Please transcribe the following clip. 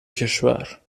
کشور